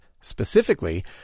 Specifically